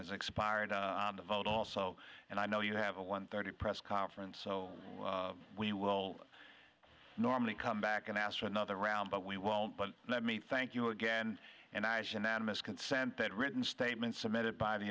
is expired on the vote also and i know you have a one thirty press conference so we will normally come back and ask for another round but we won't but let me thank you again and i should add as consent that written statement submitted by the